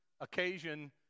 occasion